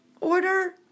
order